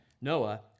Noah